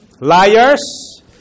Liars